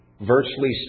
virtually